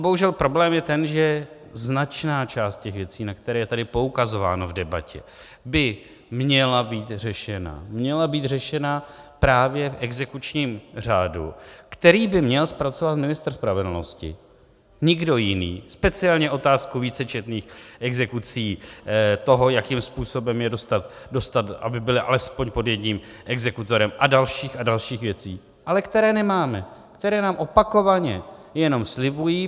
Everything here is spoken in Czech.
Bohužel problém je ten, že značná část věcí, na které je tady poukazováno v debatě, by měla být řešena, měla být řešena právě v exekučním řádu, který by měl zpracovat ministr spravedlnosti, nikdo jiný, speciálně otázku vícečetných exekucí, toho, jakým způsobem je dostat, aby byly alespoň pod jedním exekutorem, a dalších a dalších věcí, ale které nemáme, které nám opakovaně jenom slibují.